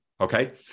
okay